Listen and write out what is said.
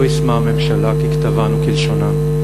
לא יישמה הממשלה ככתבן וכלשונן.